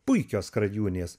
puikios skrajūnės